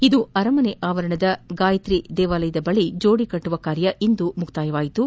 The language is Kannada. ಇಂದು ಅರಮನೆ ಆವರಣದ ಗಾಯತ್ರಿ ದೇವಾಲಯದ ಬಳಿ ಜೋಡಿ ಕಟ್ಟವ ಕಾರ್ಯ ಮುಕ್ತಾಯಗೊಂಡಿದ್ದು